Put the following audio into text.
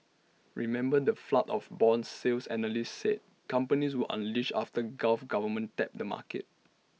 remember the flood of Bond sales analysts said companies would unleash after gulf governments tapped the market